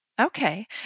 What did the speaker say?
Okay